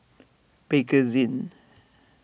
Bakerzin